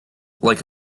like